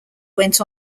went